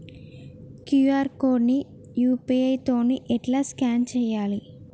QR code ని UPI తోని ఎట్లా స్కాన్ చేయాలి?